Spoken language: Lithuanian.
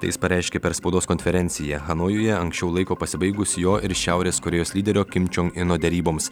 tai jis pareiškė per spaudos konferenciją hanojuje anksčiau laiko pasibaigus jo ir šiaurės korėjos lyderio kim čion ino deryboms